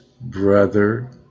brother